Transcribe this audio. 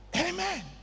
Amen